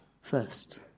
first